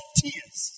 tears